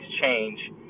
change